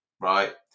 right